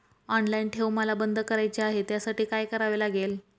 Online ठेव मला बंद करायची आहे, त्यासाठी काय करावे लागेल?